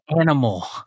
animal